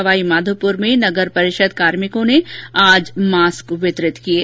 सवाईमाधोपुर में नगरपरिषद कार्मिकों ने मास्क वितरित किये